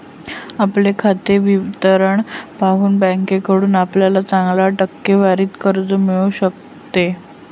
आपले खाते विवरण पाहून बँकेकडून आपल्याला चांगल्या टक्केवारीत कर्ज मिळू शकते